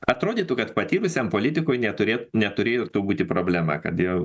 atrodytų kad patyrusiam politikui neturėt neturėjo būti problema kad jau